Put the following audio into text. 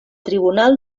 tribunal